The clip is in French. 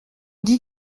dit